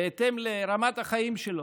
בהתאם לרמת החיים שלו,